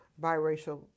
biracial